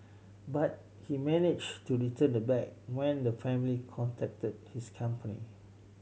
but he managed to return the bag when the family contacted his company